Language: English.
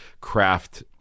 craft